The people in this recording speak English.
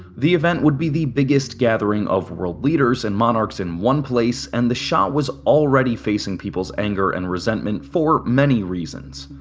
the event would be the biggest gathering of world leaders and monarchs in one place and the shah was already facing people's anger and resentment for many reasons.